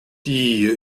die